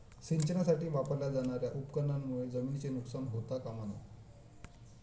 सिंचनासाठी वापरल्या जाणार्या उपकरणांमुळे जमिनीचे नुकसान होता कामा नये